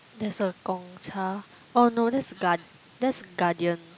there's a Gong-Cha oh no that's Guar~ that's Guardian